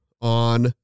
on